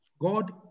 God